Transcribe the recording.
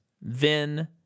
Vin